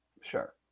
Sure